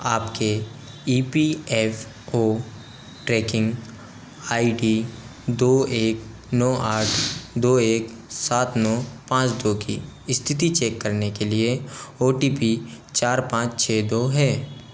आपके E P F O tracking I D दो एक नौ आठ दो एक सात नौ पाँच दो की स्थिति चेक करने के लिए ओ टी पी चार पाँच छः दो है